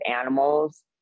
animals